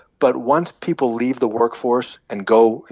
but once people leave the workforce and go,